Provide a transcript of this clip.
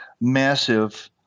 massive